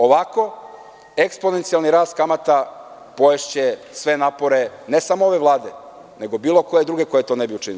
Ovako, eksponencijalni rast kamata poješće sve napore, ne samo ove Vlade, nego bilo koje druge koja to ne bi učinila.